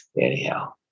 anyhow